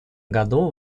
году